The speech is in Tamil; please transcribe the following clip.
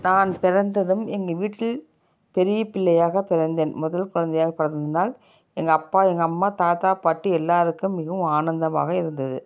நான் பிறந்ததும் எங்கள் வீட்டில் பெரிய பிள்ளையாக பிறந்தேன் முதல் குழந்தையாக பிறந்ததனால் எங்கள் அப்பா எங்கள் அம்மா தாத்தா பாட்டி எல்லாேருக்கும் மிகவும் ஆனந்தமாக இருந்தது